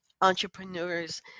entrepreneurs